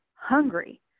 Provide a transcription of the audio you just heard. hungry